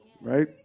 Right